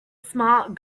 smart